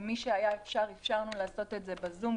למי שהיה אפשר, אפשרנו לעשות את זה בזום.